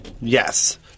Yes